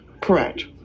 Correct